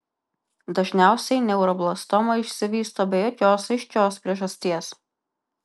dažniausiai neuroblastoma išsivysto be jokios aiškios priežasties